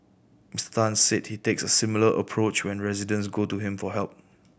Miss Tan said he takes a similar approach when residents go to him for help